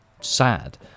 sad